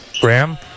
Graham